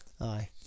Aye